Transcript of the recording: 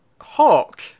Hawk